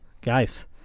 guys